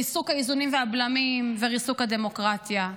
ריסוק האיזונים והבלמים וריסוק הדמוקרטיה,